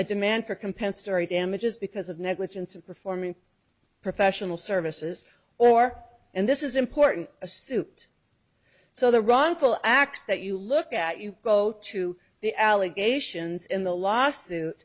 a demand for compensatory damages because of negligence of performing professional services or and this is important a suit so the wrongful acts that you look at you go to the allegations in the lawsuit